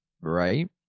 Right